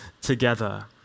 together